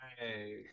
Hey